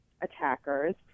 attackers